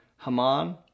Haman